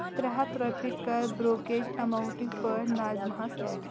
ترٛےٚ ہَتھ رۄپیہِ کَر بروکریج ایماونٹٕکۍ پٲٹھۍ ناظِمہ ہَس ایڈ